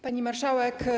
Pani Marszałek!